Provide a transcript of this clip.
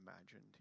imagined